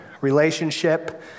relationship